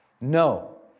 No